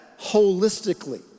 holistically